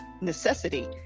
necessity